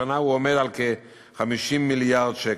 השנה הוא עומד על 50 מיליארד שקל.